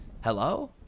Hello